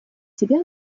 себя